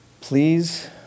Please